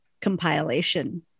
compilation